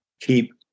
keep